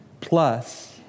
Plus